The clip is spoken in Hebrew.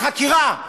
חקירה,